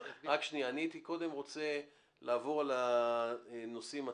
אני רוצה קודם לעבור על הנושאים עצמם,